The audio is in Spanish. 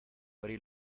abrí